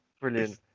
Brilliant